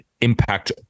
impact